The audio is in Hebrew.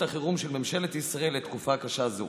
החירום של ממשלת ישראל לתקופה קשה זו.